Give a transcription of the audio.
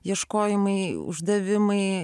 ieškojimai uždavimai